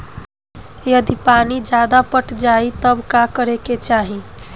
यदि पानी ज्यादा पट जायी तब का करे के चाही?